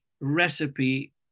recipe